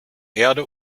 erde